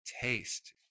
taste